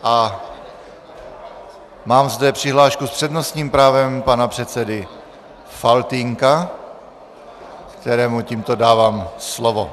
A mám zde přihlášku s přednostním právem pana předsedy Faltýnka, kterému tímto dávám slovo.